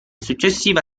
successiva